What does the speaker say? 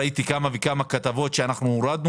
ראיתי כמה וכמה כתבות כאילו הורדנו